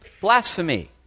Blasphemy